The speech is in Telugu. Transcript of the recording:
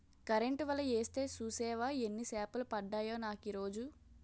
కరెంటు వల యేస్తే సూసేవా యెన్ని సేపలు పడ్డాయో నాకీరోజు?